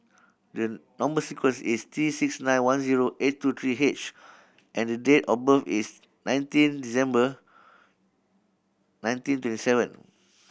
number sequence is T six nine one zero eight two three H and the date of birth is nineteen December nineteen twenty seven